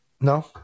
No